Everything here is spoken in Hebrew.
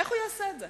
איך הוא יעשה את זה?